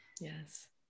Yes